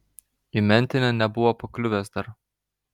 į mentinę nebuvo pakliuvęs dar